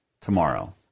tomorrow